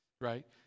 Right